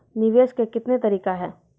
निवेश के कितने तरीका हैं?